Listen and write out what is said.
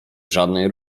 żadnej